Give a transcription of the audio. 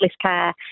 care